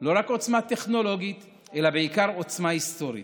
לא רק עוצמה טכנולוגית אלא בעיקר עוצמה היסטורית.